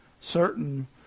certain